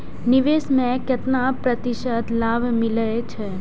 निवेश में केतना प्रतिशत लाभ मिले छै?